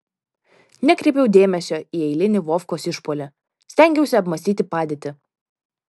nekreipiau dėmesio į eilinį vovkos išpuolį stengiausi apmąstyti padėtį